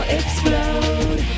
explode